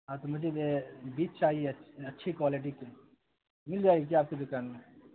ہاں تو مجھے یہ بیج چاہیے اچھی کوالٹی کے مل جائے گی کیا آپ کی دکان میں